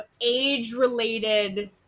age-related